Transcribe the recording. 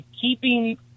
keeping